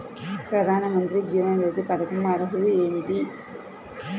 ప్రధాన మంత్రి జీవన జ్యోతి పథకంకు అర్హతలు ఏమిటి?